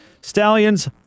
Stallions